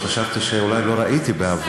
אז חשבתי שאולי לא ראיתי בעבר.